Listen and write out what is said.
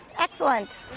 Excellent